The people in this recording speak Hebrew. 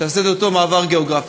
שיעשה את אותו מעבר גיאוגרפי.